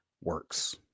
works